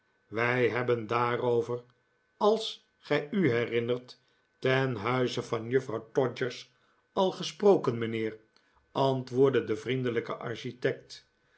wij hebben daarover his gij u herinnert ten huize van juffrouw todgers al gesproken mijnheer antwoordde de vriendelijke architect